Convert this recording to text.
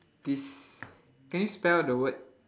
des~ can you spell the word